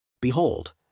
Behold